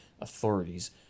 authorities